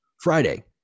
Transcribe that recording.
friday